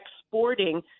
exporting